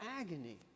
agony